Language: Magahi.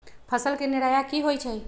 फसल के निराया की होइ छई?